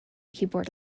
keyboard